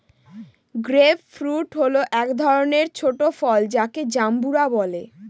grape fruit হল এক ধরনের ছোট ফল যাকে জাম্বুরা বলে